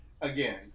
again